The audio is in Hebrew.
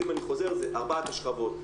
אם אני חוזר ארבעת השכבות.